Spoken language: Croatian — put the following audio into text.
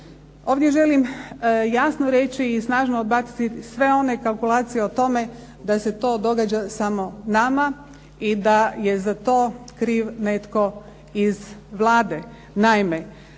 Ovdje želim jasno reći i snažno odbaciti sve one kalkulacije o tome da se to događa samo nama i da je za to kriv netko iz Vlade.